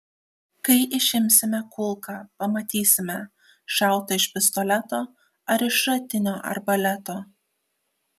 kai išimsime kulką pamatysime šauta iš pistoleto ar iš šratinio arbaleto